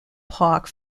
park